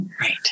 Right